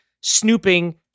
snooping